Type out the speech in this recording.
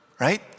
right